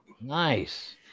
nice